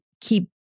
keep